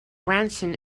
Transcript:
grandson